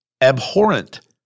abhorrent